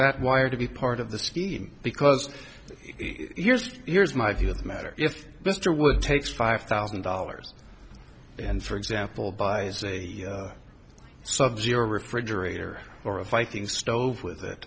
that wire to be part of the scheme because here's here's my view of the matter if mr wood takes five thousand dollars and for example buys a sub zero refrigerator or a fighting stove with it